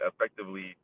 effectively